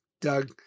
Doug